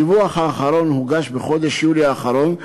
הדיווח האחרון הוגש בחודש יולי האחרון,